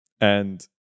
and-